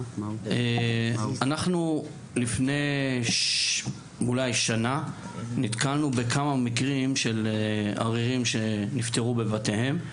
אנחנו לפני שנה בערך נתקלנו בכמה מקרים של עריריים שנפטרו בבתיהם.